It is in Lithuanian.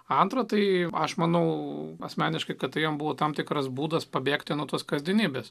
antra tai aš manau asmeniškai kad tai jam buvo tam tikras būdas pabėgti nuo tos kasdienybės